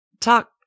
talk